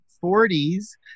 forties